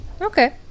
Okay